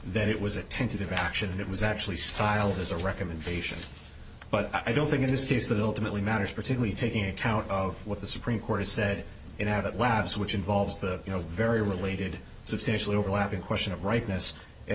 that it was a tentative reaction and it was actually styled as a recommendation but i don't think in this case that ultimately matters particularly taking account of what the supreme court said it had at last which involves the you know very related substantial overlapping question of rightness it